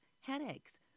headaches